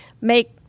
make